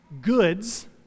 goods